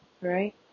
Right